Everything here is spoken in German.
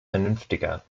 vernünftiger